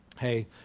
Hey